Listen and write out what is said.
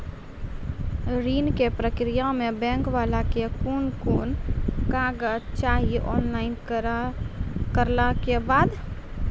ऋण के प्रक्रिया मे बैंक वाला के कुन कुन कागज चाही, ऑनलाइन करला के बाद?